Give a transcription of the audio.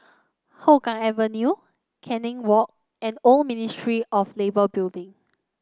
Hougang Avenue Canning Walk and Old Ministry of Labour Building